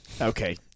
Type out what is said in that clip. Okay